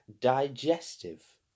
Digestive